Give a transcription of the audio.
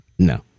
No